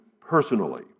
personally